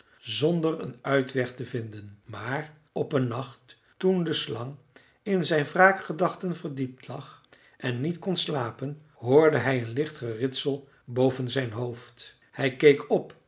zonder een uitweg te vinden maar op een nacht toen de slang in zijn wraakgedachten verdiept lag en niet kon slapen hoorde hij een licht geritsel boven zijn hoofd hij keek op